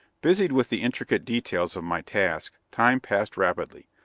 busied with the intricate details of my task, time passed rapidly.